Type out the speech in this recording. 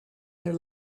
their